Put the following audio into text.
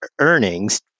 earnings